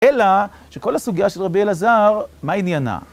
אלא שכל הסוגיה של רבי אלעזר, מה עניינה?